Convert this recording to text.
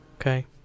Okay